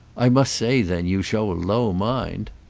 i must say then you show a low mind!